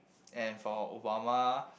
and for Obama